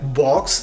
box